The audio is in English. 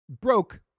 Broke